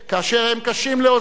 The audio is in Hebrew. גם כאשר הם קשים לאוזנינו?